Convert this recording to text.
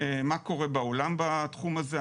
מה קורה בעולם בתחום הזה.